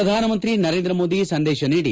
ಪ್ರಧಾನಮಂತ್ರಿ ನರೇಂದ್ರ ಮೋದಿ ಸಂದೇಶ ನೀಡಿ